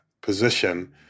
position